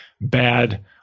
bad